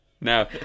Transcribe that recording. no